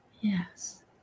Yes